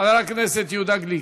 חבר הכנסת יהודה גליק.